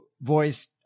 voice